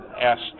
asked